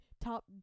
top